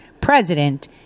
president